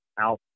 out